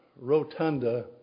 rotunda